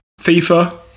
FIFA